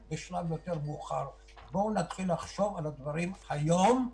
בואו נתחיל לחשוב על הדברים היום.